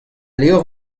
levr